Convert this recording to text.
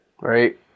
right